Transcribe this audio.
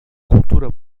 cultura